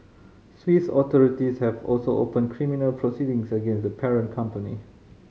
Swiss authorities have also opened criminal proceedings against the parent company